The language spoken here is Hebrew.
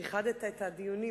איחדת את הדיונים.